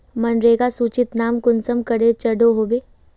मनरेगा सूचित नाम कुंसम करे चढ़ो होबे?